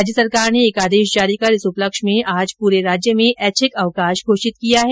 राज्य सरकार ने एक आदेश जारी कर इस उपलक्ष में आज पूरे राज्य में ऐच्छिक अवकाश घोषित किया है